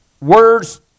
words